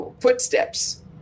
footsteps